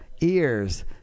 ears